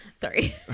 Sorry